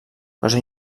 cosa